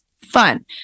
fun